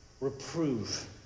Reprove